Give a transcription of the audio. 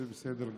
זה בסדר גמור.